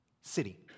city